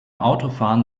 autofahren